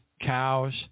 cows